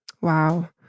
Wow